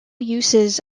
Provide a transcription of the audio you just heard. uses